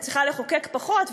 וצריכה לחוקק פחות,